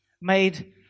Made